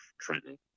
Trenton